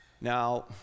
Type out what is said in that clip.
Now